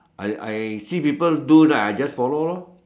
I I see people do then I just follow loh